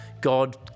God